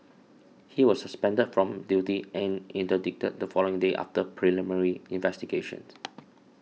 he was suspended from duty and interdicted the following day after preliminary investigations